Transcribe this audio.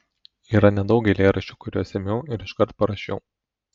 yra nedaug eilėraščių kuriuos ėmiau ir iškart parašiau